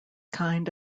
kind